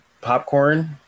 popcorn